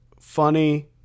funny